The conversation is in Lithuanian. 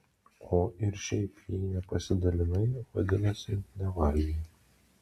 o ir šiaip jei nepasidalinai vadinasi nevalgei